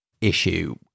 issue